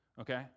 okay